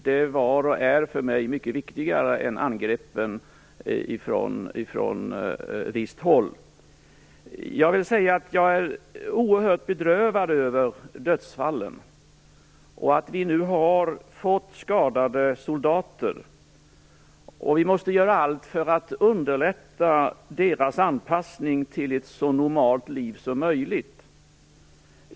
Det var och är för mig mycket viktigare än angreppen från visst håll. Jag är oerhört bedrövad över dödsfallen och över att vi har fått soldater skadade. Vi måste göra allt för att underlätta deras anpassning till ett så normalt liv som möjligt.